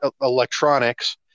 electronics